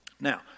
Now